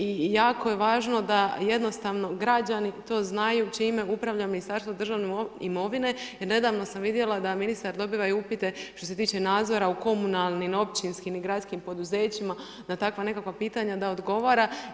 I jako je važno da jednostavno građani to znaju čime upravlja Ministarstvo državne imovine, jer nedavno sam vidjela da ministar dobiva i upite što se tiče nadzora u komunalnim, općinskim i gradskim poduzećima, na takva nekakva pitanja da odgovara.